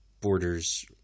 borders